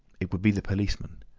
it would be the policemen.